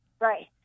Right